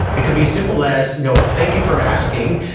it could be as simple as, you know thank you for asking,